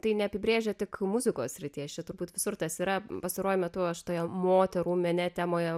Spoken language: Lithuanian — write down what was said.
tai neapibrėžia tik muzikos srities čia turbūt visur tas yra pastaruoju metu aš toje moterų mene temoje